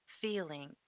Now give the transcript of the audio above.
feeling